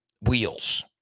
wheels